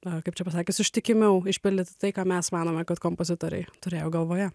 na kaip čia pasakius ištikimiau išpildyti tai ką mes manome kad kompozitoriai turėjo galvoje